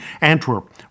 Antwerp